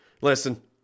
listen